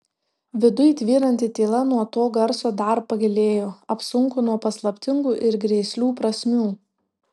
viduj tvyranti tyla nuo to garso dar pagilėjo apsunko nuo paslaptingų ir grėslių prasmių